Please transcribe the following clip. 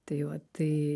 tai va tai